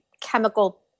chemical